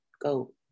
go